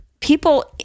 people